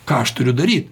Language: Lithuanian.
ką aš turiu daryt